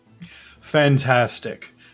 Fantastic